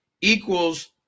equals